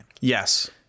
yes